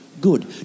good